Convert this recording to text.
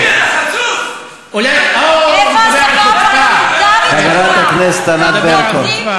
הוא לא נורה בדם קר.